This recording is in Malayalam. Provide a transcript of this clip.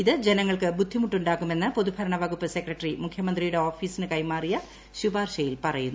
ഇത് ജനങ്ങൾക്ക് ബുദ്ധിമുട്ടു ാക്കുമെന്ന് പൊതുഭരണവകുപ്പ് സെക്രട്ടറി മുഖ്യമന്ത്രിയുടെ ഓഫീസിന് കൈമാറിയ ശുപാർശയിൽ പറയുന്നു